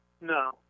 No